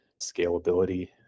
scalability